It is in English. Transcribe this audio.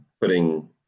putting